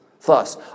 Thus